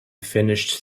finished